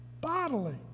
bodily